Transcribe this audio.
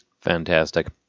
Fantastic